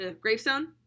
Gravestone